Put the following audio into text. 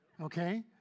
okay